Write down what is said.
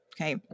okay